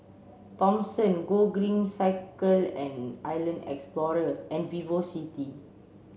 Thomson Gogreen Cycle and Island Explorer and VivoCity